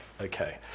okay